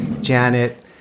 Janet